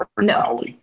No